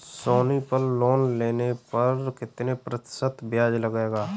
सोनी पल लोन लेने पर कितने प्रतिशत ब्याज लगेगा?